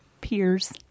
peers